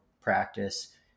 practice